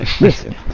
Listen